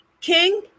king